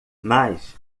mas